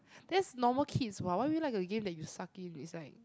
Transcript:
that's normal kids what why would you like a game that you suck inside is like